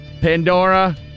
Pandora